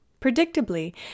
Predictably